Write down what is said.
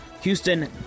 Houston